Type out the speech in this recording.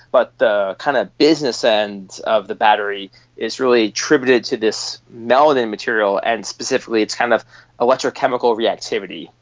but the kind of business end of the battery is really attributed to this melanin material and specifically its kind of electrochemical reactivity.